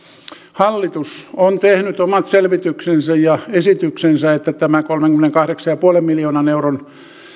hallitus on tehnyt omat selvityksensä ja esityksensä että tämä kolmenkymmenenkahdeksan pilkku viiden miljoonan euron